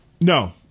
no